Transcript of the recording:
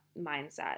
mindset